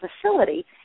facility